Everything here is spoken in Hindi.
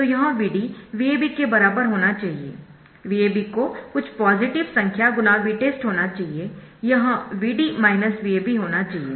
तो यह Vd VAB के बराबर होना चाहिए VAB को कुछ पॉजिटिव संख्या × Vtest होना चाहिए यह Vd VAB होना चाहिए